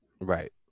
Right